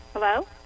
Hello